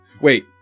Wait